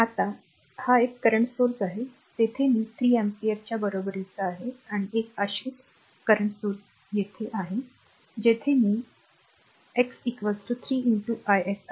आता हा एक Current स्त्रोत आहे तेथे मी 3 अँपिअरच्या बरोबरीचा आहे आणि एक आश्रित Current स्त्रोत तेथे आहे जेथे मी x 3 i s आहे